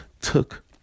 took